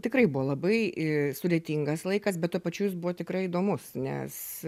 tikrai buvo labai sudėtingas laikas bet tuo pačiu jis buvo tikrai įdomus nes